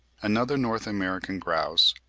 another north american grouse,